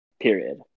Period